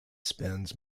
spends